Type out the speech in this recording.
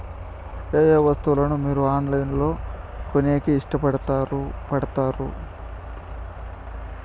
ఏయే వస్తువులను మీరు ఆన్లైన్ లో కొనేకి ఇష్టపడుతారు పడుతారు?